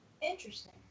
interesting